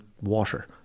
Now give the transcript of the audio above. water